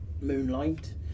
moonlight